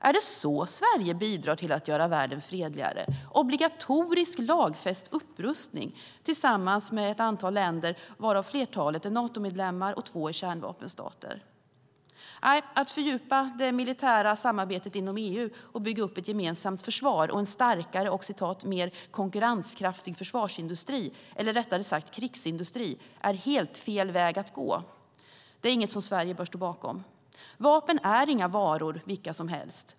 Är det så Sverige bidrar till att göra världen fredligare, med obligatorisk, lagfäst upprustning tillsammans med ett antal länder, varav flertalet är Natomedlemmar och två är kärnvapenstater? Nej, att fördjupa det militära samarbetet inom EU och bygga upp ett gemensamt försvar och en starkare och "mer konkurrenskraftig försvarsindustri", eller rättare sagt krigsindustri, är helt fel väg att gå. Det är inget som Sverige bör stå bakom. Vapen är inga varor vilka som helst.